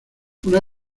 una